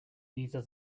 neither